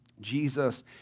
Jesus